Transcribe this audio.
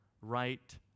right